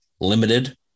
limited